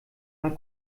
mal